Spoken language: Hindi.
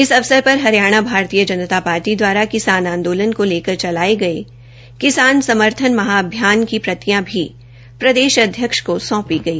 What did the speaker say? इस अवसर पर हरियाणा भारतीय जनता पार्टी दवारा किसान आंदोलन को लेकर चलाए गए किसान समर्थन महाअभियान की प्रतियां भी प्रदेश अध्यक्ष को सौंपी गई